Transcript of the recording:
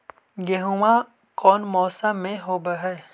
गेहूमा कौन मौसम में होब है?